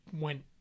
went